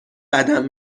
قدم